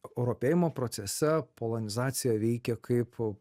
europėjimo procese polonizacija veikia kaip